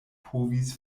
povis